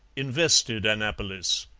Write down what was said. invested annapolis.